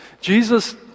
Jesus